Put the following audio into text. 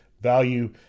value